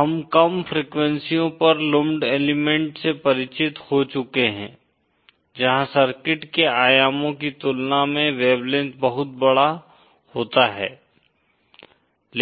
हम कम फ्रीक्वेंसीयों पर लुम्प्ड एलीमेंट से परिचित हो चुके हैं जहां सर्किट के आयामों की तुलना में वेवलेंथ बहुत बड़ा होता है